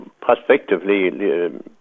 prospectively